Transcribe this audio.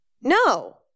No